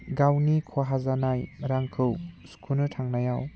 गावनि खहा जानाय रांखौ सुख'नो थांनायाव